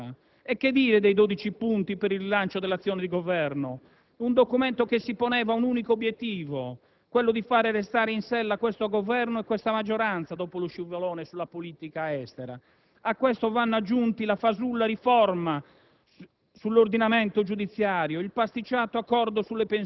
dell'Italia», in realtà alla fine solo carta straccia. E che dire dei 12 punti per il rilancio dell'azione di Governo, un documento che si poneva un unico obiettivo: quello di far restare in sella questo Governo e questa maggioranza dopo lo scivolone sulla politica estera. A questo vanno aggiunti la fasulla riforma